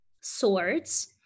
swords